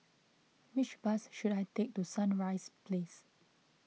which bus should I take to Sunrise Place